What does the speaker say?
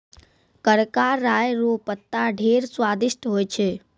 करका राय रो पत्ता ढेर स्वादिस्ट होय छै